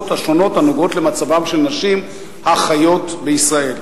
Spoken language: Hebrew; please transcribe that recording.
השונות הנוגעות למצבן של נשים החיות בישראל.